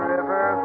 River